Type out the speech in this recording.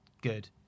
good